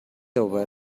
over